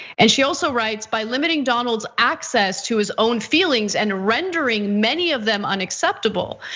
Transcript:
and she also writes, by limiting donald's access to his own feelings and rendering many of them unacceptable,